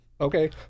okay